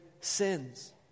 sins